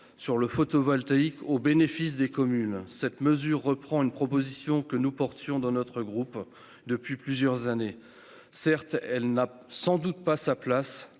pour le photovoltaïque au bénéfice des communes. Cette mesure reprend une proposition que notre groupe défendait depuis plusieurs années. Certes, elle n'a sans doute pas sa place